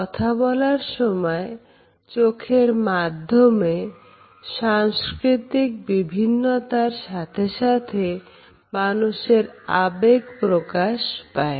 কথা বলার সময় চোখের মাধ্যমে সাংস্কৃতিক বিভিন্নতার সাথে সাথে মানুষের আবেগ প্রকাশ পায়